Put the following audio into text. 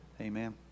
Amen